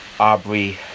Aubrey